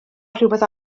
rhywbeth